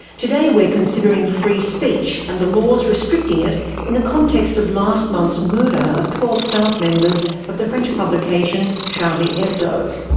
today we're considering free speech and the laws restricting it in the context of last month's murder of twelve staff members of the french publication charlie hebdo.